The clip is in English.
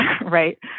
right